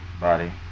body